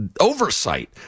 Oversight